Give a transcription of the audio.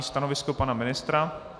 Stanovisko pana ministra.